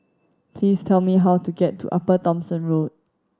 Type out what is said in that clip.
please tell me how to get to Upper Thomson Road